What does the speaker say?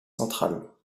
centrale